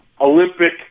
Olympic